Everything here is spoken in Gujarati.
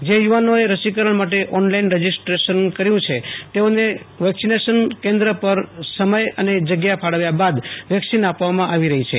જે યુ વાનોએ રસીકરણ માટે ઓનલાઈન રજીસ્ટ્રેશન કર્યું છે તેઓને વેક્સિનેશન કેન્દ્ર પર સમય અને જગ્યા ફાળવ્યા બાદ વેકસીન આપવામાં આવી રહી છે